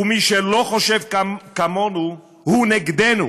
ומי שלא חושב כמונו הוא נגדנו,